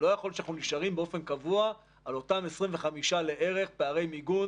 לא יכול להיות שאנחנו נשארים באופן קבוע על אותם 25 לערך פערי מיגון,